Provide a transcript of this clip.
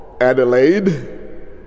Adelaide